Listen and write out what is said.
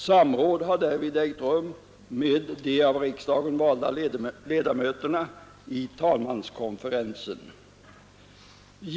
Samråd har därvid ägt rum med de av riksdagen valda ledamöterna i talmanskonferensen.